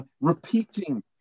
repeating